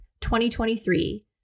2023